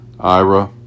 ira